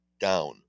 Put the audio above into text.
down